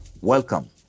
Welcome